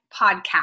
Podcast